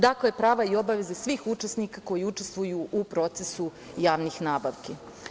Dakle, prava i obaveze svih učesnika koji učestvuju u procesu javnih nabavki.